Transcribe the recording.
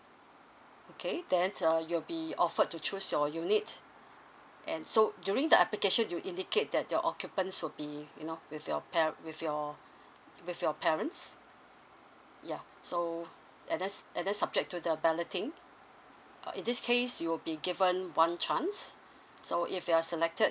okay then uh you'll be offered to choose your unit and so during the application you indicate that your occupants will be you know with your pair with your with your parents ya so and then and then subject to the balloting uh in this case you will be given one chance so if you're selected